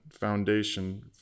foundation